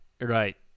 right